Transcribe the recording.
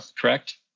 correct